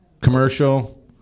commercial